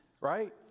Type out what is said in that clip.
right